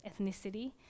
ethnicity